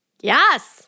Yes